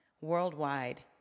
worldwide